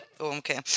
okay